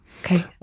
Okay